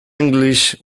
english